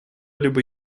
либо